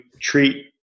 treat